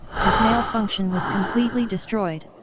his male function was completely destroyed.